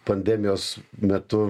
pandemijos metu